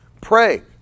Pray